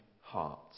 heart